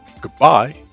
goodbye